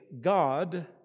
God